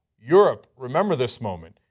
europe, remember this moment.